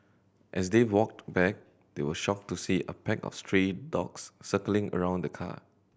as they walked back they were shocked to see a pack of stray dogs circling around the car